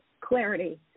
clarity